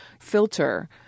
filter